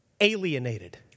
alienated